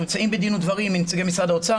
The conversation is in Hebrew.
אנחנו נמצאים בדין ודברים עם משרד האוצר,